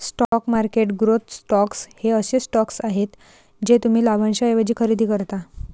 stock market growth stocks हे असे stocks आहेत जे तुम्ही लाभांशाऐवजी खरेदी करता